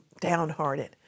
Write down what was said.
downhearted